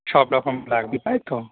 সব রকম লাগবে তাই তো